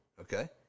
okay